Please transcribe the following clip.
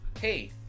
hey